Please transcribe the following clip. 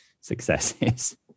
successes